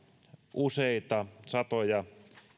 useita satoja